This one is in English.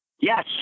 Yes